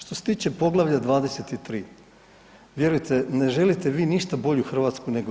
Što se tiče Poglavlja 23. vjerujte ne želite vi ništa bolju Hrvatsku nego ja.